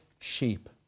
sheep